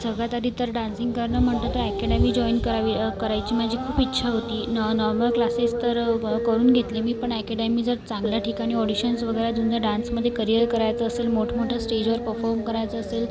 सगळ्यात आधी तर डान्सिंग करणं म्हटलं तर ॲकॅडेमी जॉईन करावी करायची माझी खूप इच्छा होती नॉ नॉर्मल क्लासेस तर करून घेतले मी पण ॲकॅडेमी जर चांगल्या ठिकाणी ऑडिशन्स वगैरे झुंजा डान्समध्ये करियर करायचं असेल मोठमोठ्या स्टेजवर पफॉम करायचं असेल